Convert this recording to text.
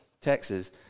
Texas